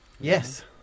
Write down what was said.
Yes